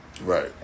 Right